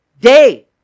day